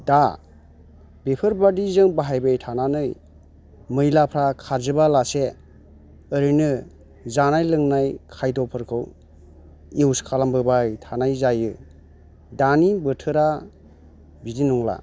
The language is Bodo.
दा बेफोरबादिजों बाहायबाय थानानै मैलाफ्रा खारजोबा लासे ओरैनो जानाय लोंनाय खायद'फोरखौ इउस खालामबोबाय थानाय जायो दानि बोथोरा बिदि नंला